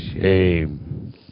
Shame